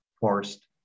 forced